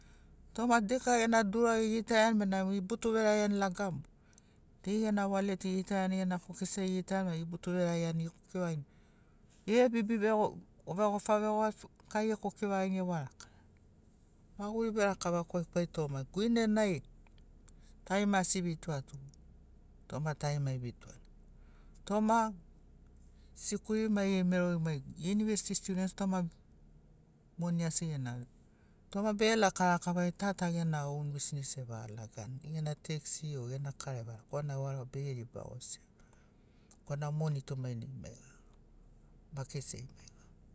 Toma tu deika gena dura egitaiani bena ebutu verariani bena laga mogo dei gena waleti egitaiani gena fokese ai egitaiani bena ebutu verariani ekoki vagini ebibi vegof vegofavegofani kai ekoki vagini ewa rakani maguri berakava kwaikwai toma guinenai tarima asi evitoato toma tarima evitoani toma sikuli maigeri merori maigeri iunivesti student toma moni asi enarini toma be lakalakagoi ta ta gena oun bisnis evalagani gena texi o gena kara evalagani korana varau beriba gosi korana moni tu mainai maiga makesi ai maiga